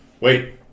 Wait